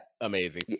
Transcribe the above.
amazing